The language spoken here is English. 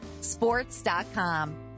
Sports.com